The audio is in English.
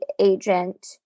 agent